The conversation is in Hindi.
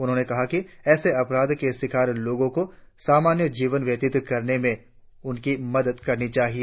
उन्होंने कहा कि ऐसे अपराध के शिकार लोगों को सामान्य जीवन व्यतीत करने में उनकी मदद करनी चाहिए